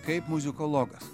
kaip muzikologas